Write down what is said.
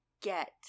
get